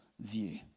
view